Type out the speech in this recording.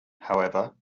however